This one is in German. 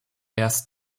erst